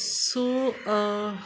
so